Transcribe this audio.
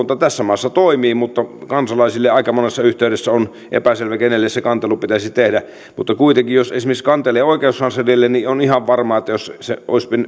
tässä maassa toimii mutta kansalaisille aika monessa yhteydessä on epäselvää kenelle se kantelu pitäisi tehdä mutta kuitenkin jos esimerkiksi kantelee oikeuskanslerille on ihan varmaa että jos